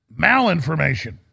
malinformation